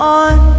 on